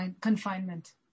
confinement